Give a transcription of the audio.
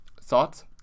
Thoughts